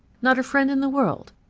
not a friend in the world,